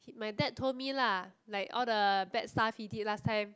my dad told me lah like all the bad stuff he did last time